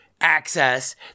access